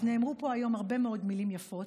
אז נאמרו פה היום הרבה מאוד מילים יפות.